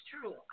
true